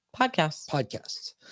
Podcasts